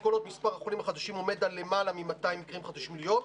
כל עוד מספר החולים החדשים עומד על למעלה מ-200 מקרים חדשים ליום,